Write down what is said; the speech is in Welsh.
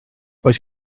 oes